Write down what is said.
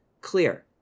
clear